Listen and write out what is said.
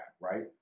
right